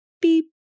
beep